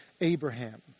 Abraham